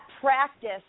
practice